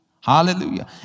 Hallelujah